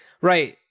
Right